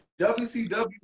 WCW